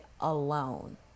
alone